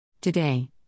Today